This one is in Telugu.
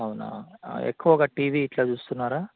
అవునా ఎక్కువగా టీవీ ఇట్లా చూస్తున్నారా